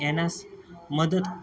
येण्यास मदत